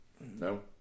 No